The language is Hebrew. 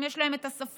אם יש להם את השפה.